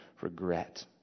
regret